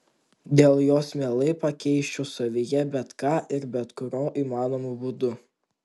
dėl jos mielai pakeisčiau savyje bet ką ir bet kuriuo įmanomu būdu